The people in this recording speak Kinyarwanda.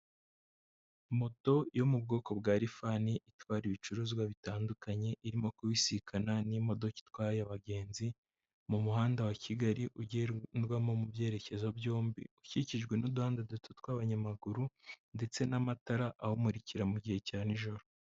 Moto yo mu bwoko bwa rifani itwara ibicuruzwa bitandukanye, irimo kubisikana n'imodoka itwaye abagenzi, mu muhanda wa kigali ugendwamo mu byerekezo byombi, ukikijwe n'uduhanda duto tw'abanyamaguru ndetse n'amatara awumurikira mu gihe cya nijoro.